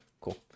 Cool